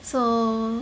so